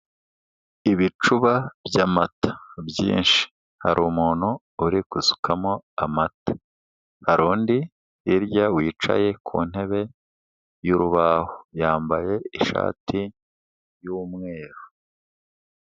Ibicuba by'amata byinshi, hari umuntu uri gusukamo amata, hari undi hirya wicaye ku ntebe y'urubaho yambaye ishati y'umweru.